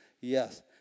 Yes